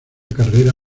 carrera